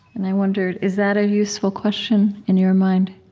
and i wondered, is that a useful question, in your mind?